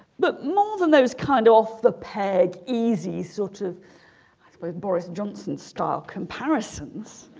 but more than those kind of off the peg easy sort of boris johnson style comparisons